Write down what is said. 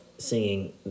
Singing